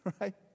right